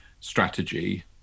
strategy